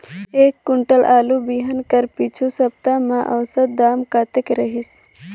एक कुंटल आलू बिहान कर पिछू सप्ता म औसत दाम कतेक रहिस?